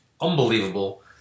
unbelievable